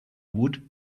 wood